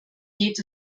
geht